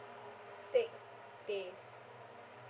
six days